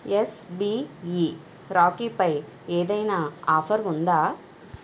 SBE రాఖీపై ఏదైనా offer ఉందా